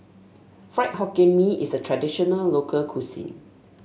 Fried Hokkien Mee is a traditional local cuisine